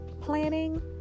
planning